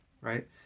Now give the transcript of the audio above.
right